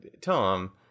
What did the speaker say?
Tom